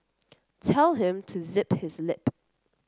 tell him to zip his lip